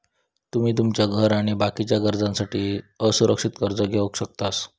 तुमी तुमच्या घर आणि बाकीच्या गरजांसाठी असुरक्षित कर्ज घेवक शकतास